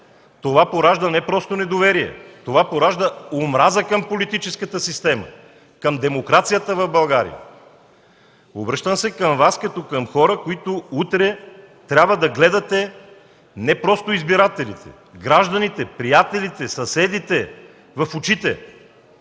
Това поражда не просто недоверие, това поражда омраза към политическата система, към демокрацията в България. Обръщам се към Вас като към хора, които утре трябва да гледате не просто избирателите – гражданите, приятелите, съседите в очите.